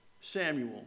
Samuel